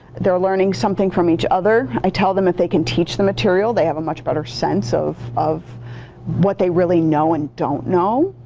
they're learning something from each other. i tell them if they can teach the material they have a much better sense of what what they really know and don't know.